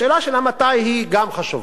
השאלה של המתי היא גם חשובה.